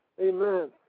Amen